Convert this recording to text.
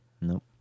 Nope